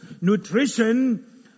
nutrition